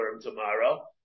tomorrow